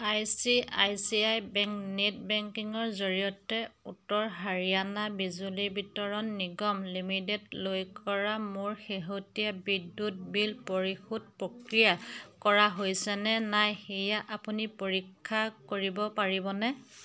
I C I C I bank net বেংকিঙৰ জৰিয়তে উত্তৰ হাৰিয়ানা বিজলী বিতৰণ নিগম লিমিটেডলৈ কৰা মোৰ শেহতীয়া বিদ্যুৎ বিল পৰিশোধ প্ৰক্ৰিয়া কৰা হৈছে নে নাই সেয়া আপুনি পৰীক্ষা কৰিব পাৰিবনে